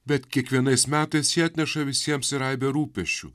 bet kiekvienais metais ji atneša visiems ir aibę rūpesčių